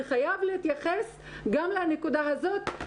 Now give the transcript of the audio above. וחייב להתייחס גם לנקודה הזאת,